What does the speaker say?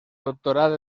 doctoral